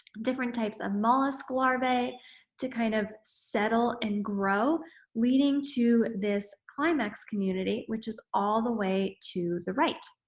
different types of mollusk larvae to kind of settle and grow leading to this climax community which is all the way to the right.